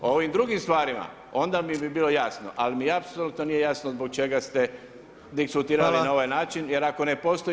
O ovim drugim stvarima, onda bi mi bilo jasno, ali mi apsolutno nije jasno zbog čega ste diskutirali na ovaj način jer ako ne postoji